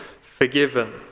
forgiven